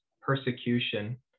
persecution